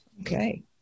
Okay